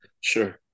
Sure